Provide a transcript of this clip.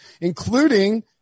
including